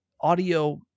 audio